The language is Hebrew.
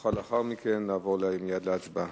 נוכל לאחר מכן לעבור מייד להצבעה.